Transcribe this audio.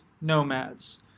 nomads